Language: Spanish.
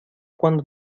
cuando